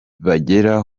bagera